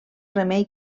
remei